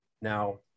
Now